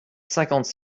cinquante